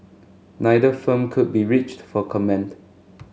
neither firm could be reached for comment